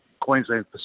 Queensland